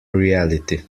reality